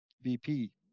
VP